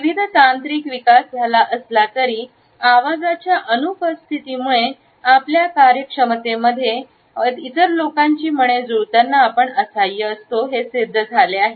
विविध तांत्रिक विकास झाला असला तरी आवाजाच्या अनुपस्थितीमुळे आपल्या कार्यक्षमतेचा मध्ये आणि इतर लोकांची जुळताना आपण असाय असतो हे सिद्ध झाले आहे